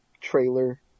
trailer